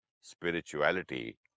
spirituality